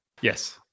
Yes